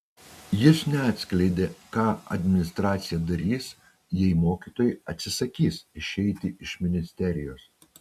jis neatskleidė ką administracija darys jeigu mokytojai atsisakys išeiti iš ministerijos